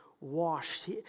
washed